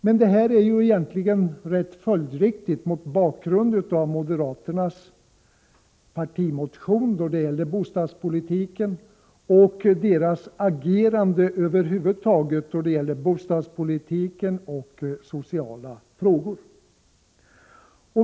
Men moderaternas inställning är ju helt i linje med vad som framförs i deras partimotion om bostadspolitiken och moderaternas agerande över huvud taget då det gäller bostadspolitiken och sociala frågor.